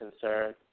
concerned